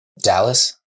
Dallas